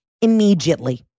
immediately